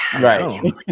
Right